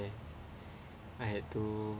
I had to